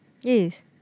Yes